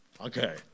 Okay